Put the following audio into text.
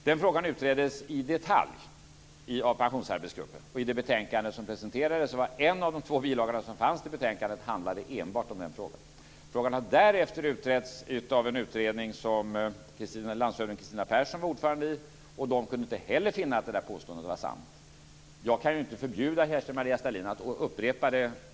Den frågan utreddes i detalj av pensionsarbetsgruppen, och i det betänkande som presenterades handlade en av de två bilagorna som fanns till betänkandet enbart om den frågan. Frågan har därefter utretts av en utredning som landshövding Kristina Persson var ordförande i. Den kunde inte heller finna att detta påstående var sant. Jag kan ju inte förbjuda Kerstin-Maria Stalin att upprepa det.